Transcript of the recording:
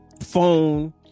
phone